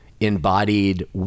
embodied